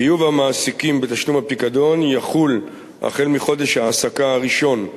חיוב המעסיקים בתשלום הפיקדון יחול החל מחודש ההעסקה הראשון.